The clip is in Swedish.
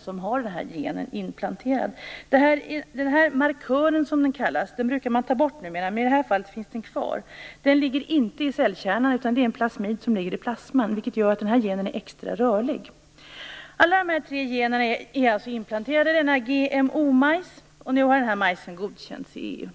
som har denna gen inplanterad, dör av antibiotika. Denna markör, som den kallas, brukar man ta bort numera men i det här fallet finns den kvar. Den ligger inte i cellkärnan, utan den är en plasmid som ligger i plasman, vilket gör genen extra rörlig. Alla de här tre generna är alltså inplanterade i GMO-majsen, som nu har godkänts i EU.